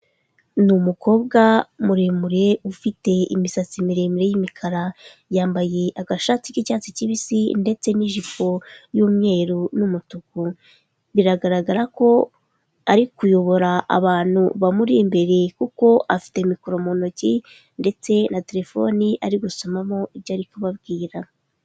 Ni umukobwa muremure, ufite imisatsi miremire y'imikara. Yambaye agashati k'icyatsi kibisi ndetse n'ijipo y'umweru n'umutuku. Biragaragara ko ari kuyobora abantu bamuri imbereye kuko afite mikoro mu ntoki ndetse na telefoni ari gusomamo ibyo ari kubabwira.